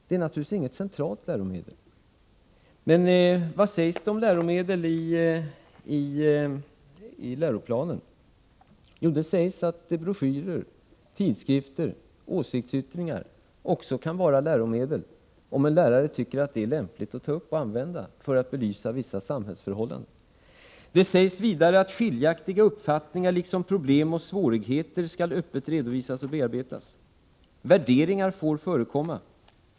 — Det är naturligtvis inget centralt läromedel, men vad sägs om läromedel i läroplanen? Jo, det framhålls att broschyrer, tidskrifter och åsiktsyttringar också kan vara läromedel, om en lärare tycker att det är lämpligt att använda dem för att belysa vissa samhällsförhållanden. Det sägs vidare: ”Skiljaktiga uppfattningar liksom problem och svårigheter skall öppet redovisas och bearbetas. Värderingar får förekomma.